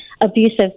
abusive